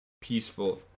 peaceful